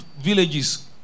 villages